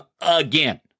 again